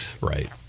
Right